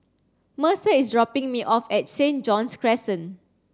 Mercer is dropping me off at Saint John's Crescent